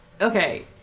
okay